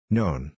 Known